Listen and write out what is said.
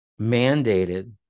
mandated